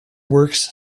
works